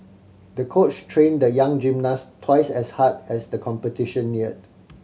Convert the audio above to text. the coach trained the young gymnast twice as hard as the competition neared